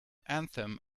anthem